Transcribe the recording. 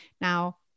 Now